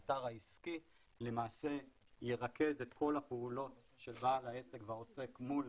האתר העסקי למעשה ירכז את כל הפעולות של בעל העסק והעוסק מול